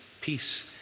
peace